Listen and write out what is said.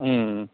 ம் ம்